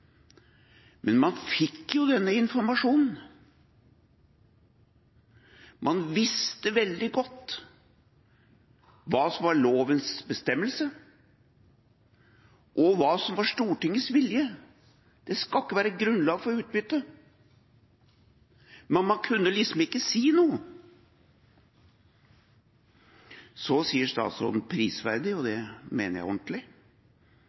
Men man fikk jo denne informasjonen. Man visste veldig godt hva som var lovens bestemmelse, og hva som var Stortingets vilje: Det skal ikke være grunnlag for utbytte. Men man kunne liksom ikke si noe. Så sier statsråden prisverdig, og det mener jeg ordentlig,